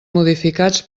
modificats